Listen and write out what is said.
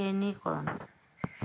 শ্ৰেণীকৰণ